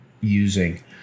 using